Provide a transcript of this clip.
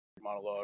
monologue